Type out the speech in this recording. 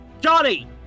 Johnny